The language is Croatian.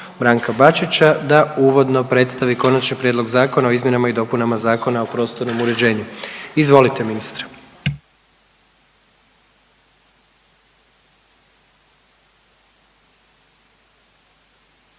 Branka Bačića da uvodno predstavi Konačni prijedlog Zakona o izmjenama i dopunama Zakona o prostornom uređenju. Izvolite ministre.